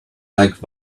like